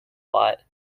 lot